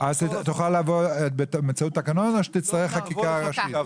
תוכל לבוא באמצעות תקנות או שתצטרך חקיקה ראשית?